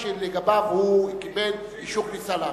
שלגביו הוא קיבל אישור כניסה לארץ.